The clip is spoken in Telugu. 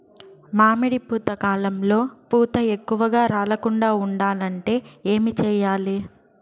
మామిడి పూత కాలంలో పూత ఎక్కువగా రాలకుండా ఉండాలంటే ఏమి చెయ్యాలి?